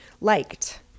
liked